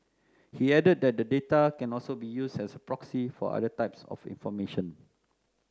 he added that the data can also be used as a proxy for other types of information